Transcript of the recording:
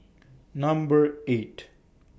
Number eight